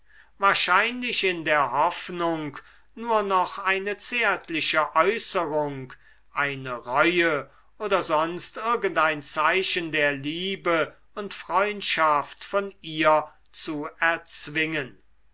wahrscheinlich in der hoffnung nur noch eine zärtliche äußerung eine reue oder sonst irgendein zeichen der liebe und freundschaft von ihr zu erzwingen